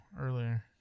earlier